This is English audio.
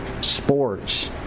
sports